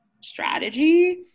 strategy